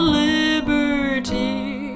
liberty